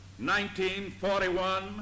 1941